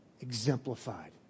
exemplified